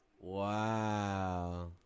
Wow